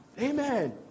amen